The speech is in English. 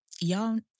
Y'all